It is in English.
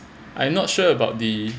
I not sure about the